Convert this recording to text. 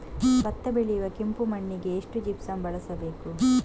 ಭತ್ತ ಬೆಳೆಯುವ ಕೆಂಪು ಮಣ್ಣಿಗೆ ಎಷ್ಟು ಜಿಪ್ಸಮ್ ಬಳಸಬೇಕು?